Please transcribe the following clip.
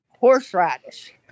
horseradish